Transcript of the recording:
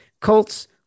Colts